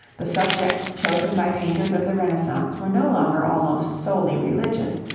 the subjects chosen by painters of the renaissance were no longer almost solely religious,